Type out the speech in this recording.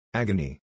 Agony